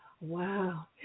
Wow